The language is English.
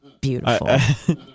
Beautiful